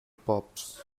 pops